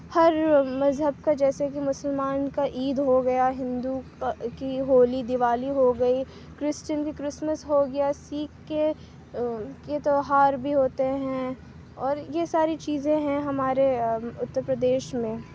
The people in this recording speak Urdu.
ہر مذہب کا جیسے کہ مسلمان کا عید ہو گیا ہندو کا کی ہولی دیوالی ہو گئی کرسچن کی کرسمس ہو گیا سکھ کے کے تیوہار بھی ہوتے ہیں اور یہ ساری چیزیں ہیں ہمارے اتر پردیش میں